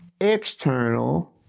External